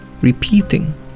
repeating